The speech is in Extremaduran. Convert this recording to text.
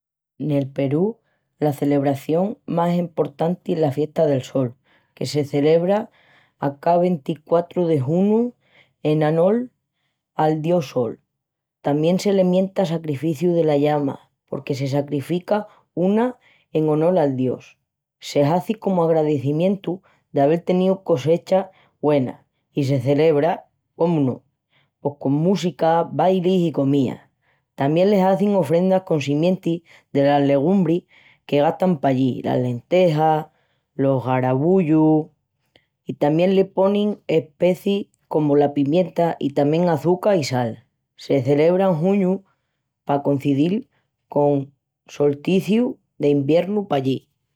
Nel Perú la celebración más emportanti es la Fiesta del Sol, que se celebra a ca ventiquatru de juñu en onol al dios Sol. Tamién se le mienta sacrificiu dela llama, porque se sacrifica una en onol al dios. Se hazi comu agralecimientu d'avel teníu cogecha güena, i se celebra, cómu no? pos con música, bailis i comía. Tamién le hazin ofrendas con simientis delas legumbres que gastan pallí: las lentejas, los garavullus,... i tamién le ponin especis comu la pimienta i tamién açuca i sal. Se celebra en juñu pa concidil col solsticiu d'iviernu de pallí.